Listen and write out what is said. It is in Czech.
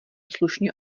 slušně